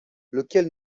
lequel